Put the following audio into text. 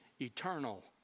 eternal